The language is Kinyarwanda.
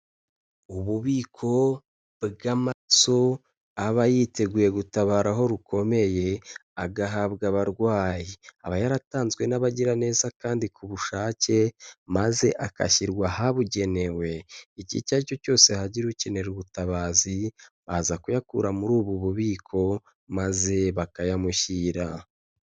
Ububiko bw'amaraso aba yiteguye gutabara aho rukomeye, agahabwa abarwayi, aba yaratanzwe n'abagiraneza kandi ku bushake, maze agashyirwa ahabugenewe, igihe icyo ari cyo cyose hagira ukenera ubutabazi baza kuyakura muri ubu bubiko, maze bakayamushyira.